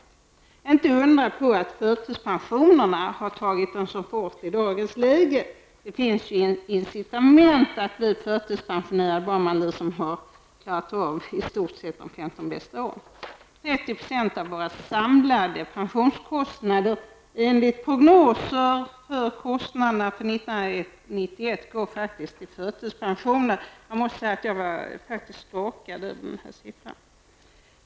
Det är inte att undra på att förtidspensioneringarna har tagit en sådan fart i dagens läge. Det finns ju incitament att bli förtidspensionär bara man i stort sett har klarat av de femton bästa åren. 30 % av våra samlade pensionskostnader går enligt prognoser för kostnaderna 1990/91 till förtidspensioner. Jag måste säga att jag faktiskt blev skakad av denna siffra.